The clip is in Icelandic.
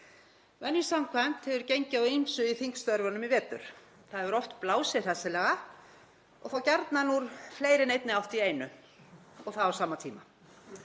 Venju samkvæmt hefur gengið á ýmsu í þingstörfunum í vetur. Það hefur oft blásið hressilega, þá gjarnan úr fleiri en einni átt í einu og það á sama tíma.